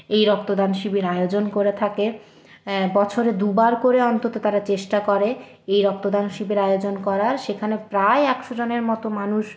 এই রক্তদান শিবির আয়োজন করে থাকে বছরে দুবার করে অন্তত তারা চেষ্টা করে এই রক্তদান শিবির আয়োজন করার সেখানে প্রায় একশো জনের মতো মানুষ